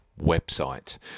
website